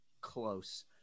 close